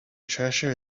treasure